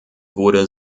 wurde